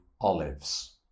olives